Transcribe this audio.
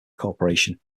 corporation